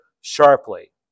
sharply